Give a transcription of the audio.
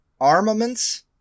Armaments